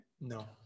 no